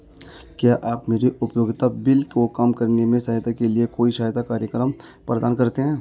क्या आप मेरे उपयोगिता बिल को कम करने में सहायता के लिए कोई सहायता कार्यक्रम प्रदान करते हैं?